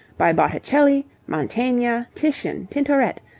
by botticelli, mantegna, titian, tintoret,